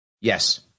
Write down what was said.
Yes